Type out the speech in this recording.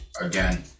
Again